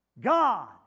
God